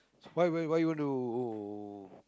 why why why you want to